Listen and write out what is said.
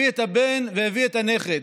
הביא את הבן והביא את הנכד.